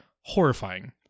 horrifying